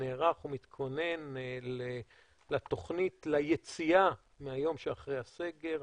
נערך ומתכונן ליציאה מהיום שאחרי הסגר.